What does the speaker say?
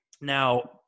Now